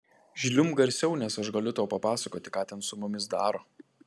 žliumbk garsiau nes aš galiu tau papasakoti ką ten su mumis daro